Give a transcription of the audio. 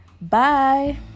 Bye